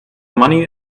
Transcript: money